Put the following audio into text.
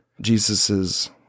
Jesus's